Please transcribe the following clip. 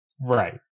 right